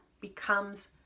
becomes